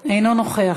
אינו נוכח,